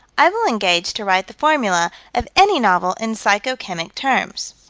i will engage to write the formula of any novel in psycho-chemic terms,